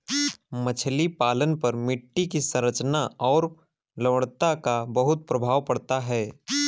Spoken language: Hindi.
मछली पालन पर मिट्टी की संरचना और लवणता का बहुत प्रभाव पड़ता है